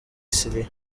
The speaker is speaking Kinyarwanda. syria